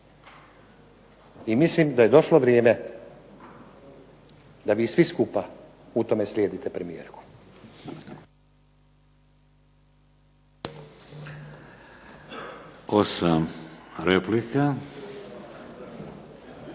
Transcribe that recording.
I mislim da je došlo vrijeme da vi svi skupa u tome slijedite premijerku. **Šeks,